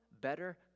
better